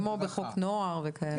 כן כמו בחוק הנוער וכאלה.